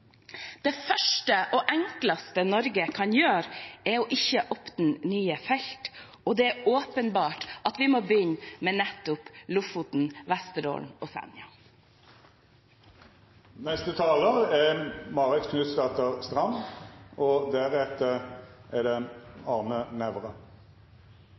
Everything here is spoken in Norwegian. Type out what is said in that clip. Det første og enkleste Norge kan gjøre, er å ikke åpne nye felt, og det er åpenbart at vi må begynne med nettopp Lofoten, Vesterålen og Senja. Jeg har en visjon, en visjon om en verden der vi lever som selvstendige og